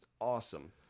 awesome